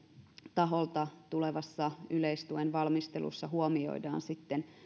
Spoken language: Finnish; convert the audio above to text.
taholta tulevassa yleistuen valmistelussa huomioidaan